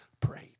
prayed